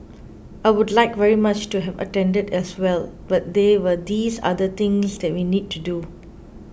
I would like very much to have attended as well but there were these other things that we need to do